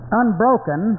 unbroken